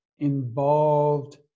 involved